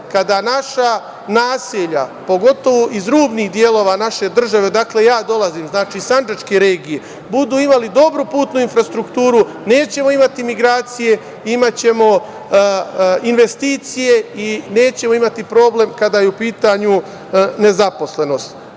kada naša naselja, pogotovo iz rubnih delova naše države odakle ja dolazim, znači iz Sandžačke regije, budu imali dobru putnu infrastrukturu, nećemo imati migracije, imaćemo investicije i nećemo imati problem kada je u pitanju nezaposlenost. Pozvao